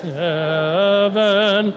heaven